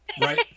Right